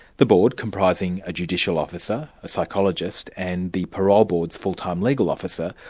the board, comprising a judicial officer, a psychologist and the parole board's full-time legal officer,